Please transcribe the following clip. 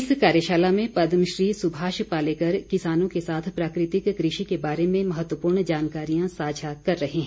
इस कार्यशाला में पदमश्री सुभाष पालेकर किसानों के साथ प्राकृतिक कृषि के बारे में महत्वपूर्ण जानकारियां सांझा कर रहे हैं